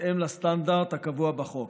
בהתאם לסטנדרט הקבוע בחוק.